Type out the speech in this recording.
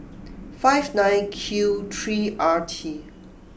five nine Q three R T